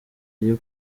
iyo